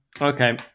Okay